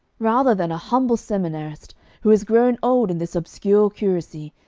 rather than a humble seminarist who has grown old in this obscure curacy,